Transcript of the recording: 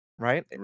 right